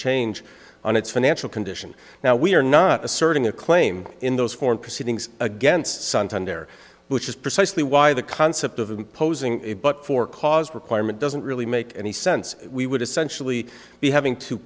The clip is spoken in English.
change on its financial condition now we are not asserting a claim in those form proceedings against suntan there which is precisely why the concept of imposing a but for cause requirement doesn't really make any sense we would essentially be having to